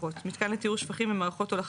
לפחות מיתקן לטיהור שפכים ומערכות הולכה